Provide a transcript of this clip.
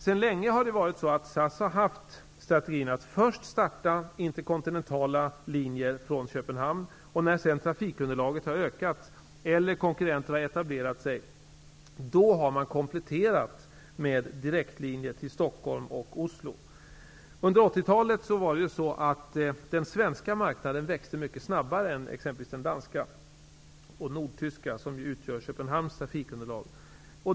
SAS har sedan länge haft strategin att först starta interkontinentala linjer från Köpenhamn. När sedan trafikunderlaget har ökat eller konkurrenter etablerat sig, har man kompletterat med direktlinjer till Stockholm och Oslo. Under 1980-talet växte den svenska marknaden mycket snabbare än exempelvis den danska och den nordtyska, som ju utgör Köpenhamns trafikunderlag.